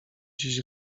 dziś